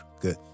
good